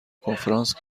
کنفرانس